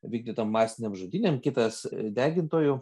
vykdytom masinėm žudynėm kitas degintojų